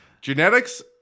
Genetics